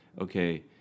okay